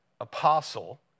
apostle